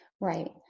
Right